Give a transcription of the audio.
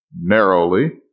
narrowly